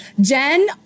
jen